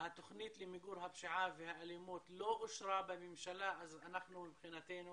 התוכנית למיגור הפשיעה והאלימות לא אושרה בממשלה אז אנחנו מבחינתנו